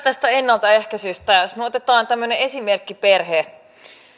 tästä ennaltaehkäisystä jos me otamme tämmöisen esimerkkiperheen